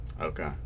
Okay